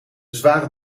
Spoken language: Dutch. zware